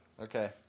Okay